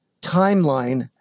timeline